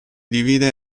divide